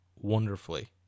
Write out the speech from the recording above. wonderfully